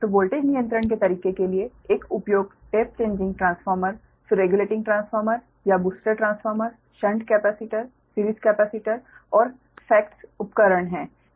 तो वोल्टेज नियंत्रण के तरीके के लिए एक उपयोग टेप चेंजिंग ट्रांसफार्मर फिर रेगुलेटिंग ट्रांसफार्मर या booster transformer shunt capacitor series capacitor और FACTS उपकरण है